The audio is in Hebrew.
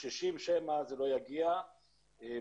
ועדת שרים לנושאי קורונה,